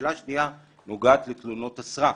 השאלה השנייה נוגעת לתלונות הסרק.